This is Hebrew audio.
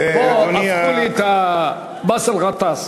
פה הפכו לי את, באסל גטאס.